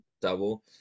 double